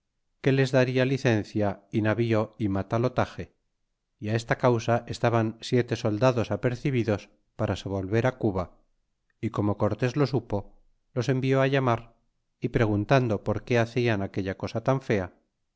que les daria licencia y navío y matalotaje y esta causa estaban siete soldados apercibidos para se volver á cuba y como cortés lo supo los envió llamar y preguntando por qué hacian aquella cosa tan fea